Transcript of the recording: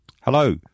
Hello